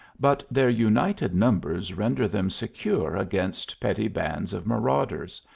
but their united numbers render them secure against petty bands of marauders,